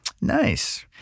Nice